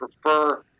prefer